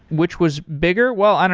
which was bigger? well, and